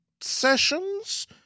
sessions